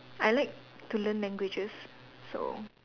I like to learn languages so